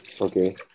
Okay